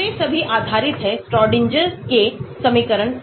तो वे सभी आधारित हैं श्रोडिंगर Schrodingers के समीकरण पर